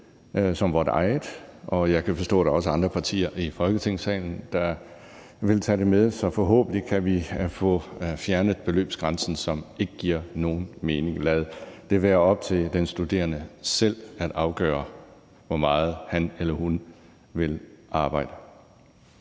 som vort eget, og jeg kan forstå, at der også er andre partier i Folketingssalen, der vil tage det med. Så forhåbentlig kan vi få fjernet beløbsgrænsen, som ikke giver nogen mening, og lade det være op til den studerende selv at afgøre, hvor meget han eller hun vil arbejde.